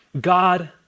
God